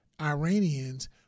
Iranians